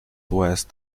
west